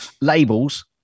labels